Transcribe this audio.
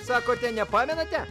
sakote nepamenate